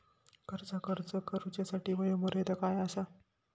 कर्जाक अर्ज करुच्यासाठी वयोमर्यादा काय आसा?